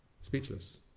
Speechless